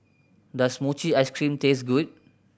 does mochi ice cream taste good